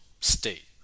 state